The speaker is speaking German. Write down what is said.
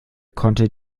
konnte